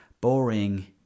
Boring